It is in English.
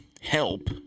help